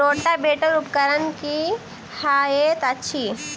Rotavator उपकरण की हएत अछि?